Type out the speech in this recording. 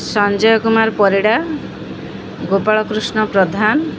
Sanjay Kumar Parida Gopalakrishna Pradhan